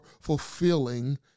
fulfilling